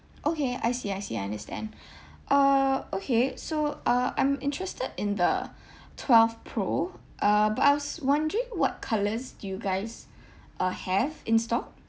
okay I see I see I understand uh okay so uh I'm interested in the twelve pro uh but I was wondering what colours do you guys uh have in stock